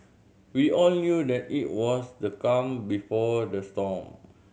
we all knew that it was the calm before the storm